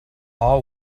all